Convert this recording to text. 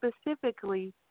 specifically